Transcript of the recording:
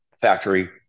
Factory